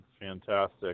Fantastic